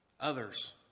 others